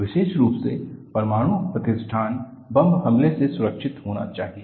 विशेष रूप से परमाणु प्रतिष्ठान बम हमले से सुरक्षित होना चाहिए